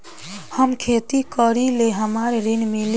हम खेती करीले हमरा ऋण मिली का?